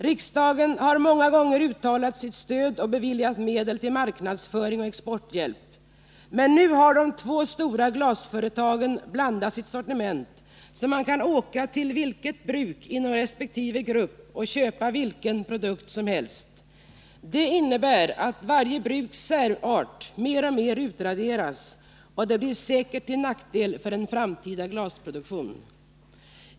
Riksdagen har många gånger uttalat sitt stöd och beviljat medel till marknadsföring och exporthjälp, men nu har de två stora glasföretagen blandat sitt sortiment, så att man kan åka till vilket bruk som helst inom resp. grupp och köpa vilken produkt som helst. Det innebär att varje bruks särart mer och mer utraderas, och det blir säkert till nackdel för en framtida glasproduktion.